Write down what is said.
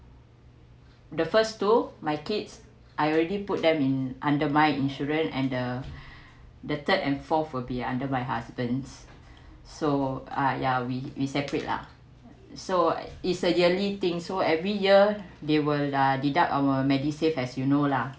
the first to my kids I already put them in undermine insurance and the the third and fourth will be under my husband's so uh yeah we we separate lah so it's a yearly thing so every year they will uh deduct our MediSave as you know lah